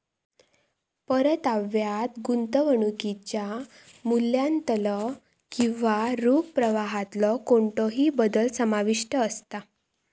परताव्यात गुंतवणुकीच्या मूल्यातलो किंवा रोख प्रवाहातलो कोणतोही बदल समाविष्ट असता